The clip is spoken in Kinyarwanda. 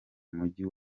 mujyi